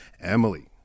Emily